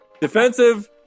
defensive